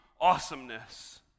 awesomeness